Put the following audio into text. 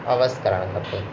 अवसु करणु खपे